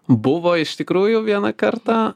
buvo iš tikrųjų vieną kartą